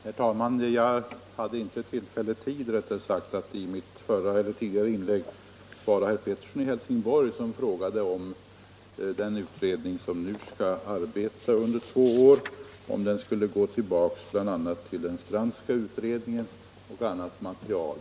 Herr talman! Jag hade inte tid att i mitt förra inlägg svara herr Pettersson i Helsingborg, som frågade om den utredning, som nu skall arbeta under två år, skall gå tillbaka till bl.a. den Strandska utredningen och till annat material.